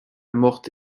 morte